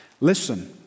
listen